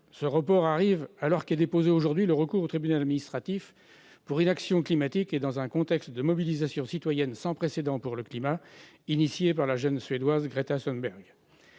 Ce report intervient alors qu'est déposé aujourd'hui un recours au tribunal administratif pour inaction climatique, dans un contexte de mobilisation citoyenne sans précédent en faveur du climat, lancée par la jeune Suédoise Greta Thunberg.